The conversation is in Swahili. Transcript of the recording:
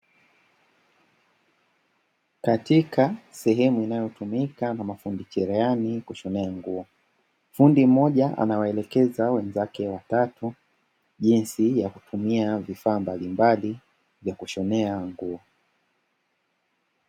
Katika sehemu inayotumika na mafundi cherehani kushonea nguo, fundi mmoja anawaelekeza wenzake watatu jinsi ya kutumia vifaa mbalimbali vya kushonea nguo.